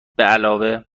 بعلاوه